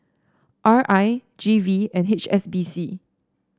R I G V and H S B C